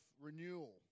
renewal